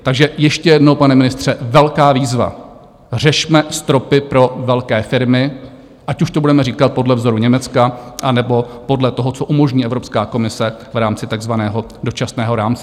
Takže ještě jednou, pane ministře, velká výzva: Řešme stropy pro velké firmy, ať už to budeme říkat podle vzoru Německa, anebo podle toho, co umožní Evropská komise v rámci takzvaného dočasného rámce.